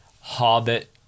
Hobbit